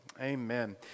Amen